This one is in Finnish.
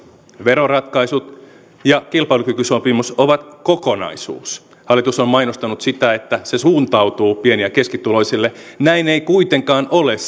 veroratkaisut ja kilpailukykysopimus ovat kokonaisuus hallitus on mainostanut sitä että se suuntautuu pieni ja keskituloisille näin ei kuitenkaan ole